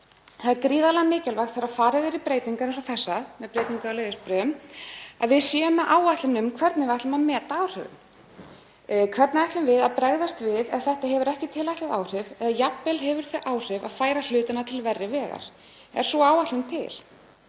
Það er gríðarlega mikilvægt þegar farið er í breytingar eins og þessa, með breytingu á leyfisbréfum, að við séum með áætlun um hvernig við ætlum að meta áhrifin. Hvernig ætlum við að bregðast við ef þetta hefur ekki tilætluð áhrif eða jafnvel hefur þau áhrif að færa hlutina til verri vegar? Er sú áætlun til?